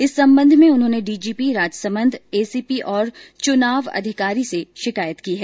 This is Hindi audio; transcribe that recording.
इस संबंध में उन्होंने डीजीपी राजसमंद एसपी और चुनाव अधिकारी से शिकायत की है